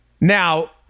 Now